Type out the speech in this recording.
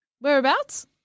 Whereabouts